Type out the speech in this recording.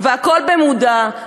והכול במודע,